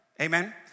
Amen